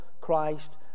Christ